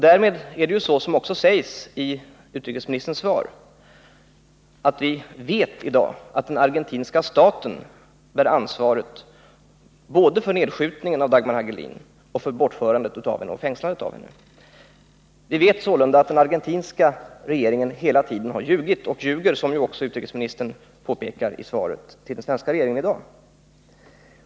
Därmed vet vi i dag, vilket också sägs i utrikesministerns svar, att den argentinska staten bär ansvaret både för nedskjutningerrav Dagmar Hagelin och för bortförandet och fängslandet av henne. Vi vet Sålunda att den argentinska regeringen hela tiden har ljugit och, som utrikesministern också påpekar, att den i dag ljuger i svaret till den svenska regeringen.